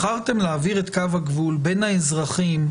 בחרתם להעביר את קו הגבול בין האזרחים,